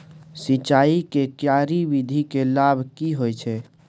सिंचाई के क्यारी विधी के लाभ की होय छै?